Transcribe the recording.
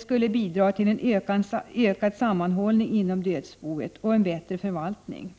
skulle bidra till en ökad sammanhållning inom dödsboet och en bättre förvaltning.